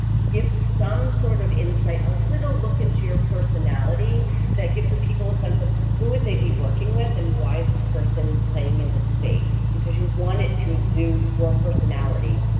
give some sort of insight, a little look into your personality that gives the people a sense of who would they be working with and why is this person playing in this space because you want it to exude your personality.